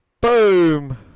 Boom